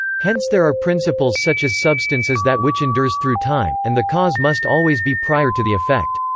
hence there are principles such as substance is that which endures through time, and the cause must always be prior to the effect.